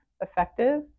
effective